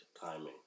timing